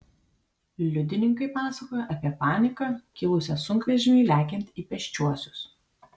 liudininkai pasakojo apie paniką kilusią sunkvežimiui lekiant į pėsčiuosius